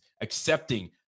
accepting